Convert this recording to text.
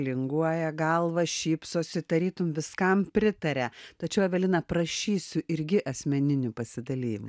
linguoja galvą šypsosi tarytum viskam pritaria tačiau evelina prašysiu irgi asmeninių pasidalijimų